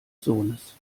sohnes